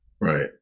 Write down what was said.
Right